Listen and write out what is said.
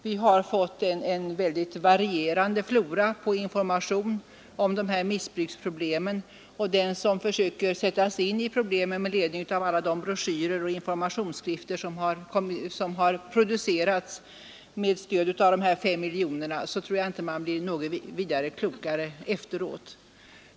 Vi har fått en mycket varierande flora av information om missbruksproblemen, och den som försöker sätta sig in i dessa problem med ledning av alla de broschyrer och informationssk rifter som producerats med stöd av de 5 miljonerna blir inte efteråt mycket klokare.